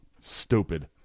stupid